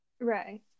Right